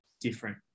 different